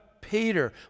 Peter